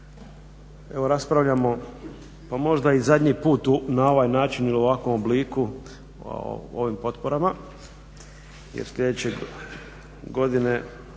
Evo raspravljamo pa možda i zadnji put na ovaj način i u ovakvom obliku o ovim potporama jer sljedeće godine